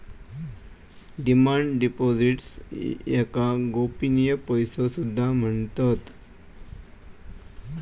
demand deposits याका गोपनीय पैसो सुद्धा म्हणतत